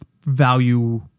value